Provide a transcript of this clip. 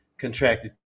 contracted